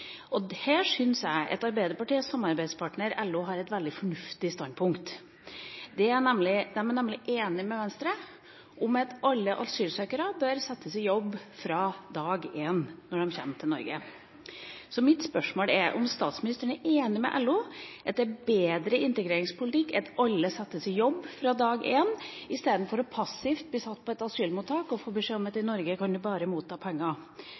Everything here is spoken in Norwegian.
Her syns jeg Arbeiderpartiets samarbeidspartner LO har et veldig fornuftig standpunkt. De er nemlig enig med Venstre i at alle asylsøkere bør settes i jobb fra dag én – når de kommer til Norge. Mitt spørsmål er om statsministeren er enig med LO i at det er bedre integreringspolitikk at alle settes i jobb fra dag én i stedet for passivt å bli satt på et asylmottak og få beskjed om at i Norge kan man bare motta penger.